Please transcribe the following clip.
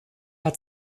hat